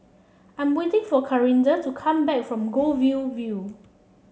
I'm waiting for Clarinda to come back from Goldview View